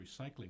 recycling